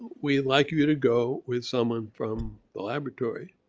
we'd like you to go with someone from the laboratory.